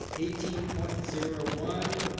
eighteen point zero one,